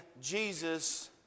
Jesus